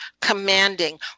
commanding